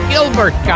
Gilbert